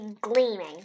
gleaming